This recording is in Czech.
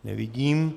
Nevidím.